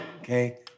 Okay